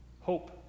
hope